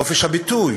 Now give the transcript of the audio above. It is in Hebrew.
חופש הביטוי,